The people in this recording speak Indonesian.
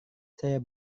saya